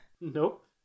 Nope